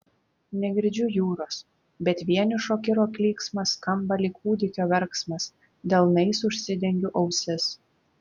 negirdžiu jūros bet vienišo kiro klyksmas skamba lyg kūdikio verksmas delnais užsidengiu ausis